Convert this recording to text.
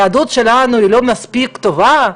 היהדות שלנו היא לא מספיק טובה.